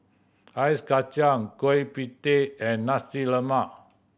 Ice Kachang Kueh Pie Tee and Nasi Lemak